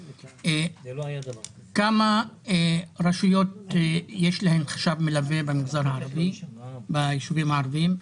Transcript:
לכמה רשויות יש חשב מלווה ביישובים הערבים,